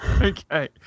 Okay